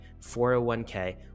401k